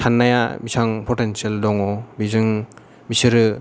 नोंनि साननाया बेसेबां फथेनथिएल दङ बिजों बिसोरो